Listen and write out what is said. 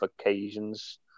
occasions